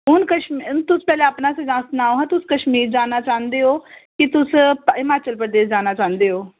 हून कशमीर हून तुस पैह्लें अपना सुझाऽ सनाओ हा तुस कशमीर जाना चांह्दे ओ कि तुस हिमाचल प्रदेश जाना चांह्दे ओ